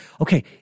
okay